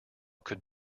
could